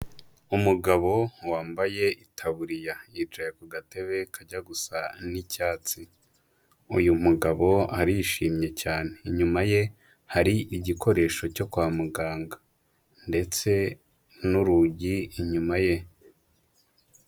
Umugabo wambaye itaburiya yicaye ku gatebe kajya gusa nk'icyatsi, uyu mugabo arishimye cyane, inyuma ye hari igikoresho cyo kwa muganga ndetse n'urugi inyuma ye.